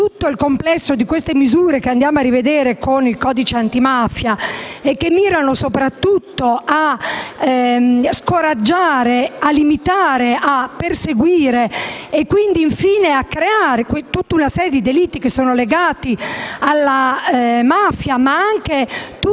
del complesso di queste misure, che andiamo a rivedere con il codice antimafia e che mirano soprattutto a scoraggiare, a limitare, a perseguire e infine a prevedere tutta una serie di delitti legati alla mafia, anche tutto quanto